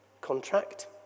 contract